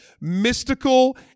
mystical